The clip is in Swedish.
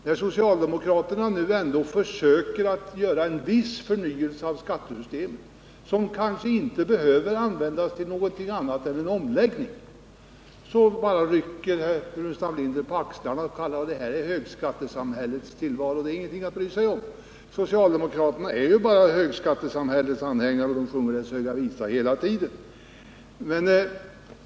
När socialdemokraterna nu ändå försöker göra en viss förnyelse av skattesystemet, som kanske inte behöver användas till någonting annat än en omläggning, rycker Staffan Burenstam Linder på axlarna och säger att det är ingenting att bry sig om, eftersom socialdemokraterna är högskattesamhällets anhängare och sjunger dess höga visa hela tiden.